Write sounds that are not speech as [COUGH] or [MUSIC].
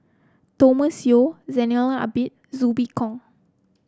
Thomas Yeo Zainal Abidin Zhu [UNINTELLIGIBLE] Hong